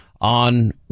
on